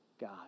God